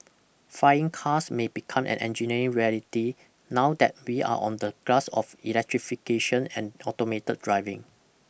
flying cars may become an engineering reality now that we are on the cusp of electrification and automated driving